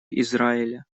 израиля